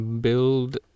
build